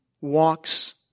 walks